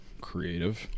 Creative